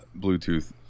Bluetooth